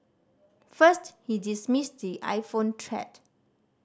first he dismissed the iPhone threat